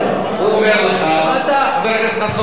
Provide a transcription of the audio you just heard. תתחייב שתגיש ערר,